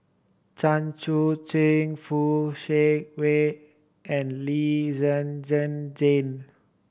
Chan Chun Sing Fock Siew Wah and Lee Zhen Zhen Jane